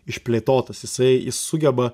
išplėtotas jisai sugeba